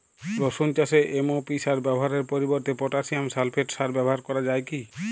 রসুন চাষে এম.ও.পি সার ব্যবহারের পরিবর্তে পটাসিয়াম সালফেট সার ব্যাবহার করা যায় কি?